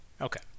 Okay